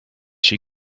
she